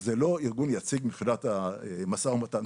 זה לא ארגון יציג מבחינת המשא ומתן.